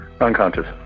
Unconscious